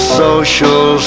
social